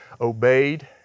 obeyed